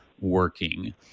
working